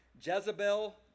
Jezebel